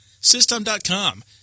System.com